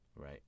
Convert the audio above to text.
Right